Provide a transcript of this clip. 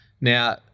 Now